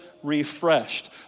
Refreshed